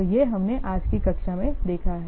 तो यह हमने आज की कक्षा में देखा है